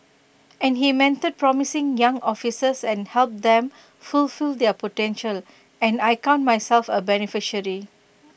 and he mentored promising young officers and helped them fulfil their potential and I count myself A beneficiary